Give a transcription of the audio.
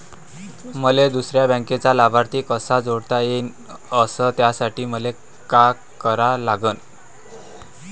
मले दुसऱ्या बँकेचा लाभार्थी कसा जोडता येईन, अस त्यासाठी मले का करा लागन?